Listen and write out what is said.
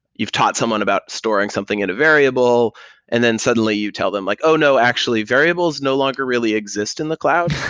you've taught someone about storing something in a variable and then suddenly you tell them like, oh no! actually, variables no longer really exist in the cloud.